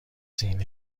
سینه